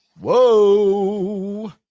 Whoa